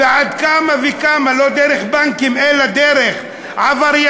ועל אחת כמה וכמה לא דרך בנקים אלא דרך עבריינים,